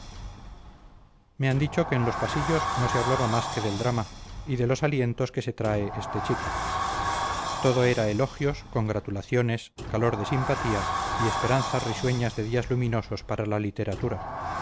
me han dicho que en los pasillos no se hablaba más que del drama y de los alientos que se trae este chico todo era elogios congratulaciones calor de simpatía y esperanzas risueñas de días luminosos para la literatura